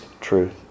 truth